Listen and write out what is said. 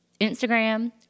Instagram